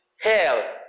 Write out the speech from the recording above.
hell